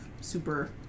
super